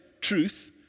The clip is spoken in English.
truth